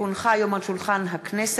כי הונחה היום על שולחן הכנסת,